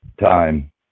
time